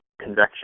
convection